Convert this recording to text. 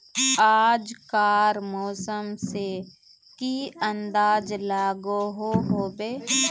आज कार मौसम से की अंदाज लागोहो होबे?